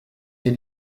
est